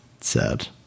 sad